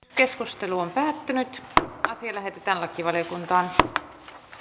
keskustelu on päättynyt tottua siihen että lakivaliokuntaa